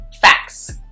facts